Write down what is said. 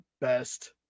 best